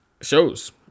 shows